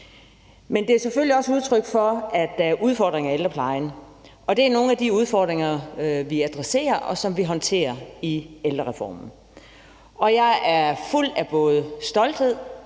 Men det er selvfølgelig også et udtryk for, at der er udfordringer i ældreplejen, og det er nogle af de udfordringer, vi adresserer, og som vi håndterer i ældrereformen, og jeg er både fuld af stolthed,